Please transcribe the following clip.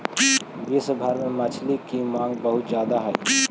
विश्व भर में मछली की मांग बहुत ज्यादा हई